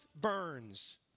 burns